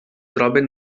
troben